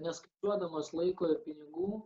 nes duodamas laiko ir pinigų